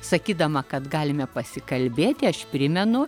sakydama kad galime pasikalbėti aš primenu